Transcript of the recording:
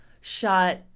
shot